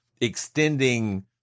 extending